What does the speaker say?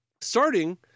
Starting